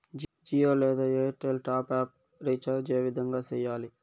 జియో లేదా Airtel top up recharge ఏ విధంగా సేయాలి